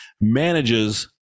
manages